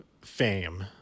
fame